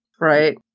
Right